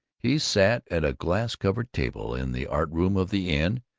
he sat at a glass-covered table in the art room of the inn,